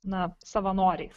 na savanoriais